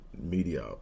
media